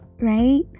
right